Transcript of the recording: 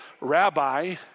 Rabbi